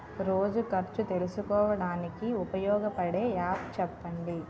రోజు ఖర్చు తెలుసుకోవడానికి ఉపయోగపడే యాప్ చెప్పండీ?